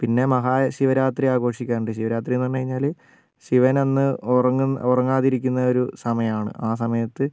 പിന്നെ മഹാശിവരാത്രി ആഘോഷിക്കാറുണ്ട് ശിവരാത്രിന്നു പറഞ്ഞുകഴിഞ്ഞാല് ശിവനന്ന് ഉറങ്ങുന്ന ഉറങ്ങാതിരിക്കുന്ന ഒരു സമയാണ് ആ സമയത്ത്